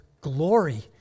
glory